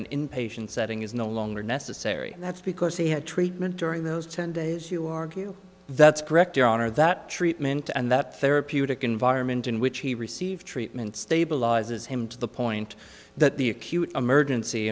in inpatient setting is no longer necessary that's because he had treatment during those ten days you argue that's correct your honor that treatment and that therapeutic environment in which he received treatment stabilizes him to the point that the acute emergency